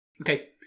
Okay